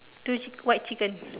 two chic~ white chicken